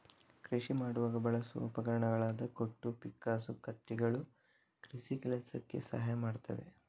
ಕೃಷಿ ಮಾಡುವಾಗ ಬಳಸುವ ಉಪಕರಣಗಳಾದ ಕೊಟ್ಟು, ಪಿಕ್ಕಾಸು, ಕತ್ತಿಗಳು ಕೃಷಿ ಕೆಲಸಕ್ಕೆ ಸಹಾಯ ಮಾಡ್ತವೆ